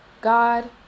God